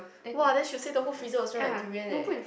!wah! then she would say the whole freezer will smell like durian eh